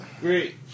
Great